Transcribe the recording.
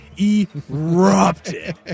erupted